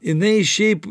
jinai šiaip